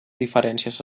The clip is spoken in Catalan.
diferències